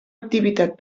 activitat